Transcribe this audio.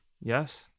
Yes